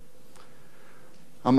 המעבר הזה לתת-אלוף,